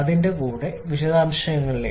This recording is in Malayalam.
ഇതിന്റെ കൂടുതൽ വിശദാംശങ്ങളിലേക്ക്